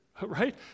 right